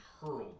hurled